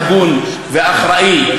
והגון ואחראי,